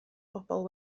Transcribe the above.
bobl